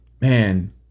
Man